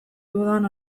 dudan